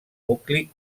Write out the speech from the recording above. nucli